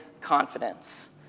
confidence